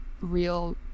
real